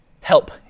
Help